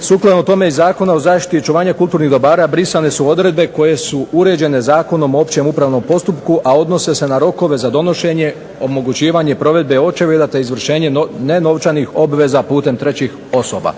Sukladno tome Zakonom o zaštiti i očuvanju kulturnih dobara brisane su odredbe koje su uređene Zakonom o općem upravnom postupku, a odnose se na rokove za donošenje, omogućivanje provedbe očevida, te izvršenje nenovčanih obveza putem trećih osoba.